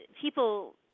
people